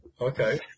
Okay